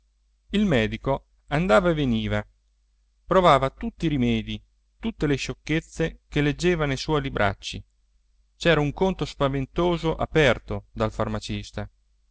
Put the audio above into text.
il medico andava e veniva provava tutti i rimedi tutte le sciocchezze che leggeva nei suoi libracci c'era un conto spaventoso aperto dal farmacista